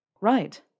Right